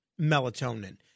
melatonin